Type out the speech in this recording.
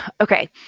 Okay